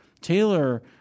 Taylor